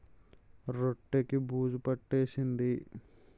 రొట్టె కి బూజు పట్టేసింది